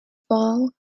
fall